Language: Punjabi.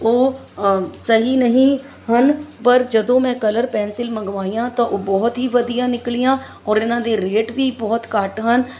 ਉਹ ਸਹੀ ਨਹੀਂ ਹਨ ਪਰ ਜਦੋਂ ਮੈਂ ਕਲਰ ਪੈਨਸਿਲ ਮੰਗਵਾਈਆਂ ਤਾਂ ਉਹ ਬਹੁਤ ਹੀ ਵਧੀਆ ਨਿਕਲੀਆਂ ਔਰ ਇਹਨਾਂ ਦੇ ਰੇਟ ਵੀ ਬਹੁਤ ਘੱਟ ਹਨ